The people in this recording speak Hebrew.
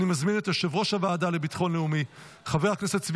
ותיכנס לספר